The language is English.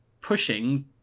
pushing